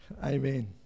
Amen